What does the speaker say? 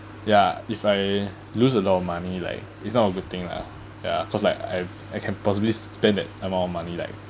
ya if I lose a lot of money like it's not a good thing lah ya cause like I I can possibly spend that amount of money like